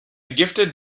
gifted